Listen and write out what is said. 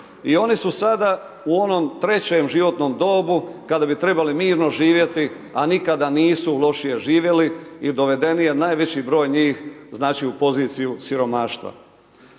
i oni su sada u onom trećem životnom dobu kada bi trebali mirno živjeti, a nikada nisu lošije živjeli i dovedeni je najveći broj njih u poziciju siromaštva.